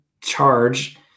charge